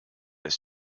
its